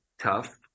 tough